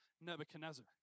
Nebuchadnezzar